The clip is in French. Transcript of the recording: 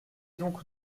donc